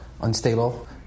unstable